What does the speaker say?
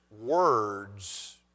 words